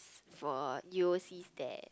it's for U_O_C dare